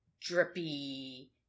drippy